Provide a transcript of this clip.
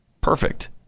Perfect